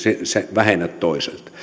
vähennät toiselta